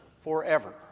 forever